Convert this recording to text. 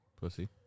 Pussy